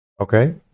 Okay